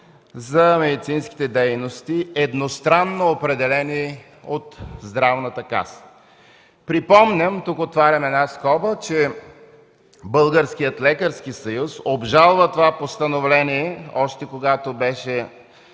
за медицинските дейности, едностранно определени от Здравната каса. Тук отварям една скоба, че Българският лекарски съюз обжалва това постановление, още когато беше